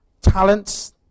talents